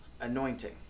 anointing